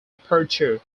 aperture